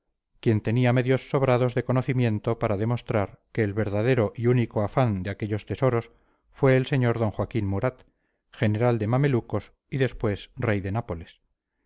quien tenía medios sobrados de conocimiento para demostrar que el verdadero y único afanador de aquellos tesoros fue el sr d joaquín murat general de mamelucos y después rey de nápoles